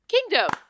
Kingdom